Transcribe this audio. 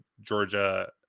Georgia